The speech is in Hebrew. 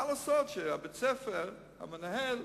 מה לעשות שבית-הספר, המנהל,